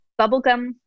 bubblegum